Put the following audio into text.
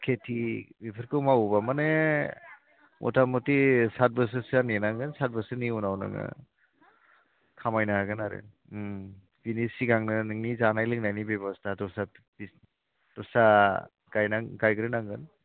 खेथि बेफोरखौ मावोबा माने मथा मथि साथ बोसोरसोआ नेनांगोन साथ बोसोरनि उनाव नोङो खामायनो हागोन आरो बिनि सिगांनो नोंनि जानाय लोंनायनि बेबस्था दस्रा दस्रा गायग्रोनांगोन